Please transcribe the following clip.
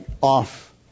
off